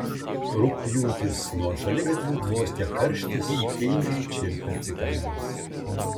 rugpjūtis nuo šaligatvių tvoskia karštis tingiai čirpia cikados